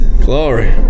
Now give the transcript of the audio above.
Glory